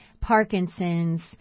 Parkinson's